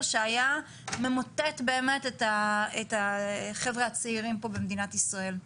שהיה ממוטט באמת את החבר'ה הצעירים פה במדינת ישראל.